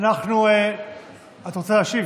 חבר הכנסת